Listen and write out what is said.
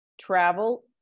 travel